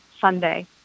Sunday